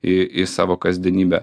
į į savo kasdienybę